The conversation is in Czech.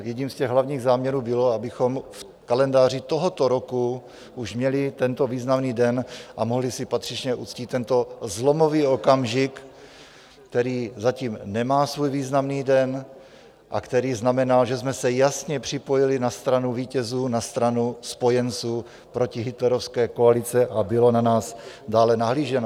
Jedním z hlavních záměrů bylo, abychom v kalendáři tohoto roku už měli tento významný den a mohli si patřičně uctít tento zlomový okamžik, který zatím nemá svůj významný den a který znamenal, že jsme se jasně připojili na stranu vítězů, na stranu spojenců protihitlerovské koalice, a bylo na nás dále nahlíženo.